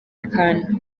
khan